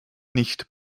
nicht